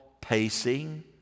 pacing